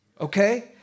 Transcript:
Okay